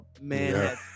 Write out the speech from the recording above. man